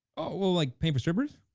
well like pay for strippers?